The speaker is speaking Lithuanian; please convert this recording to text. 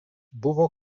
buvo